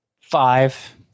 Five